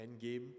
Endgame